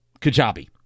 Kajabi